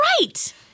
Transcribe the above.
right